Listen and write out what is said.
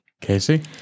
Casey